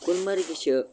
گُل مَرگہِ چھِ